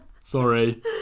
Sorry